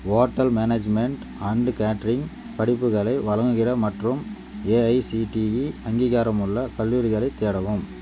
hotel management and catering படிப்புகளை வழங்குகிற மற்றும் ஏஐசிடிஇ அங்கீகாரமுள்ள கல்லூரிகளைத் தேடவும்